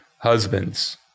husbands